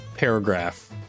Paragraph